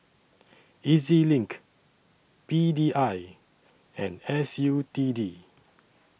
E Z LINK P D I and S U T D